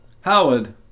Howard